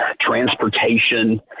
transportation